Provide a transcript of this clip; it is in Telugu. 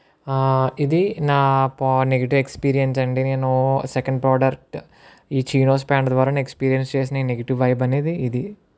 ఇది నా పా నెగటివ్ ఎక్స్పిరియన్స్ అండీ నేను సెకండ్ ప్రాడక్టు ఈ చినోస్ ప్యాంట్ ద్వారా నేను ఎక్స్పిరియన్స్ చేసిన ఈ నెగిటివ్ వైబ్ అనేది ఇది